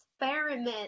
experiment